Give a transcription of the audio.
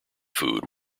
food